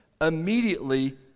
Immediately